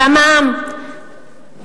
והמע"מ,